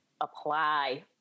apply